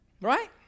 right